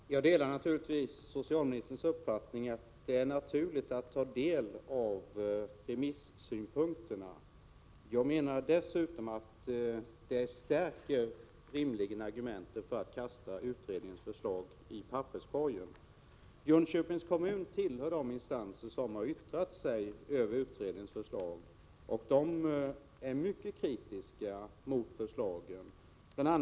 Herr talman! Jag delar naturligtvis socialministerns uppfattning att det är naturligt att ta del av remissinstansernas synpunkter. Jag menar dessutom att det rimligen stärker argumentet för att kasta utredningens förslag i papperskorgen. Jönköpings kommun hör till de instanser som har yttrat sig över utredningens förslag och där är man mycket kritisk mot förslaget. Bl.